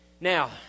Now